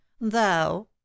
thou